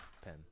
Pen